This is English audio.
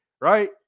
right